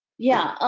yeah. ah